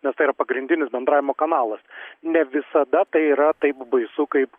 nes tai yra pagrindinis bendravimo kanalas ne visada tai yra taip baisu kaip